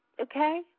okay